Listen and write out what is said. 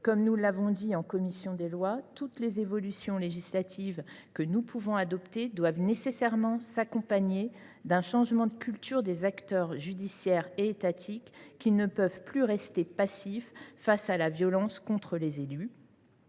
comme nous l’avons dit en commission des lois, toutes les évolutions législatives que nous pouvons adopter doivent nécessairement s’accompagner d’un changement de culture des acteurs judiciaires et étatiques, lesquels ne peuvent plus rester passifs face à cette violence. Enfin, je tiens